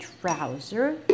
trouser